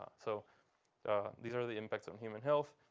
so these are the impacts on human health.